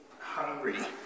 hungry